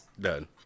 done